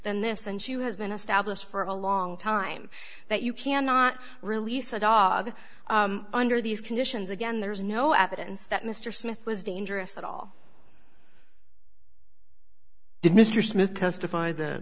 than this and she has been established for a long time that you cannot release a dog under these conditions again there is no evidence that mr smith was dangerous at all did mr smith testify th